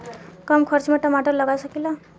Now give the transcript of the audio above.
कम खर्च में टमाटर लगा सकीला?